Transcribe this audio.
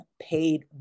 paid